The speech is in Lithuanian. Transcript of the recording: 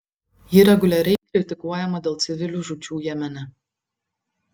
ji reguliariai kritikuojama dėl civilių žūčių jemene